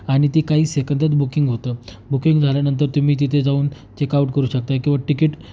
आणि ती काही सेकंदात बुकिंग होतं बुकिंग झाल्यानंतर तुम्ही तिथे जाऊन चेक आउट करू शकता किंवा तिकीट